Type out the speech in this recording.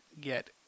get